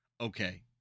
Okay